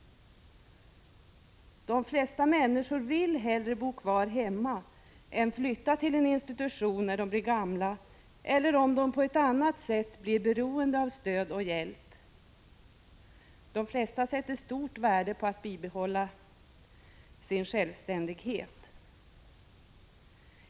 De flesta människor vill hellre bo kvar hemma än flytta till en institution när de blir gamla eller om de på annat sätt blir beroende av stöd och hjälp. De flesta sätter stort värde på att bibehålla sin självständighet.